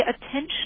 attention